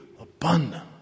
abundant